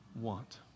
want